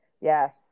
Yes